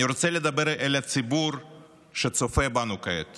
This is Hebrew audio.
אני רוצה לדבר אל הציבור שצופה בנו כעת